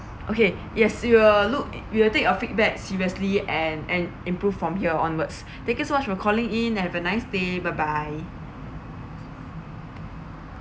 okay yes we will look we will take your feedback seriously and and improve from here onwards thank you so much for calling in have a nice day bye bye